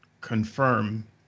confirm